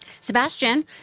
Sebastian